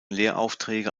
lehraufträge